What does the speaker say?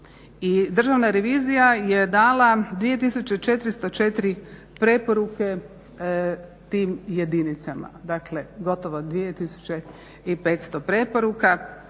Državna revizija je dala 2404 preporuke tim jedinicama, dakle gotovo 2500 preporuka.